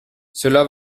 cela